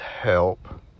help